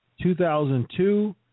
2002